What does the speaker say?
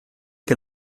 che